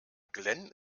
glenn